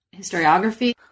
historiography